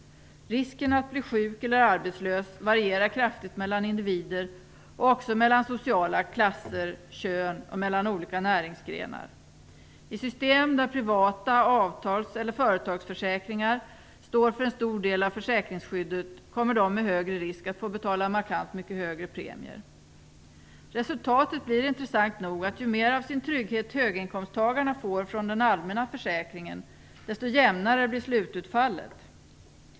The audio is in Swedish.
Risken att bli sjuk eller arbetslös varierar kraftigt mellan individer och också mellan sociala klasser, kön och olika näringsgrenar. I system där privata avtals eller företagsförsäkringar står för en stor del av försäkringsskyddet kommer de med högre risk att få betala markant mycket högre premier. Resultatet blir intressant nog att ju mer av sin trygghet höginkomsttagarna får från den allmänna försäkringen, desto jämnare blir slututfallet.